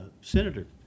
senator